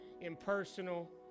impersonal